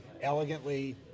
elegantly